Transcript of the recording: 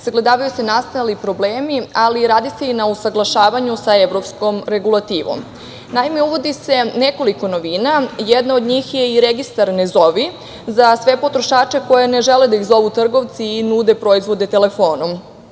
sagledavaju se nastali problemi, ali i radi se na usaglašavanju sa evropskom regulativom. Naime, uvodi se nekoliko novina. Jedna od njih je i registar „ne zovi“ za sve potrošače koji ne žele da ih zovu trgovci i nude proizvode telefonom.